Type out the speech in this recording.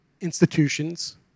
institutions